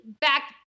back